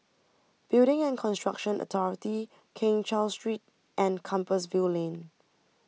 Building and Construction Authority Keng Cheow Street and Compassvale Lane